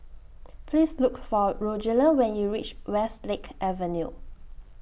Please Look For Rogelio when YOU REACH Westlake Avenue